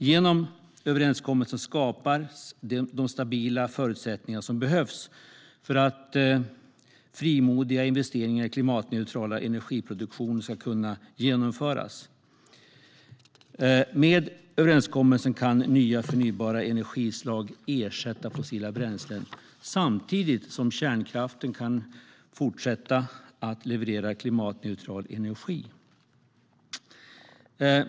Genom överenskommelsen skapas de stabila förutsättningar som behövs för att frimodiga investeringar i klimatneutral energiproduktion ska kunna genomföras. Med överenskommelsen kan nya förnybara energislag ersätta fossila bränslen samtidigt som kärnkraften fortsätter att leverera klimatneutral energi.